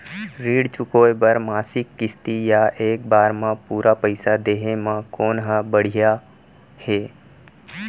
ऋण चुकोय बर मासिक किस्ती या एक बार म पूरा पइसा देहे म कोन ह बढ़िया हे?